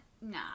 nah